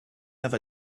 have